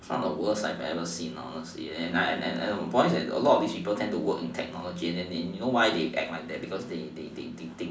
it's not the worst I ever seen lah honestly and point is that a lot of these people tends to work in the technology and and you know why they act like that because they they